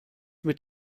mit